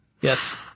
Yes